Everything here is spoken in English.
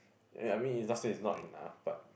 ya I mean is not say is not enough but